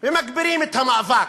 ומגבירים את המאבק.